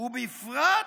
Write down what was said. ובפרט